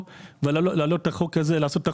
אי אפשר לבוא ולעשות את החוק הזה,